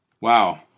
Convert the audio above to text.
Wow